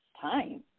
time